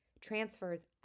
transfers